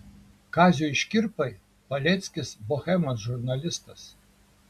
kaziui škirpai paleckis bohemos žurnalistas